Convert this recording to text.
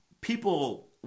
people